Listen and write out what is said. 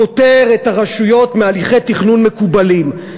פוטר את הרשויות מהליכי תכנון מקובלים.